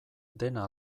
dena